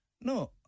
No